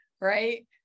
right